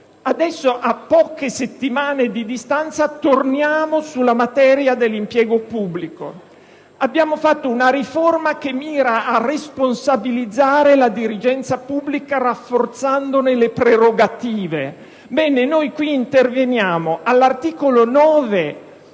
adesso, a poche settimane di distanza, torniamo sulla materia dell'impiego pubblico. Abbiamo varato una riforma che mira a responsabilizzare la dirigenza pubblica rafforzandone le prerogative, ma qui all'articolo 9